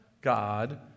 God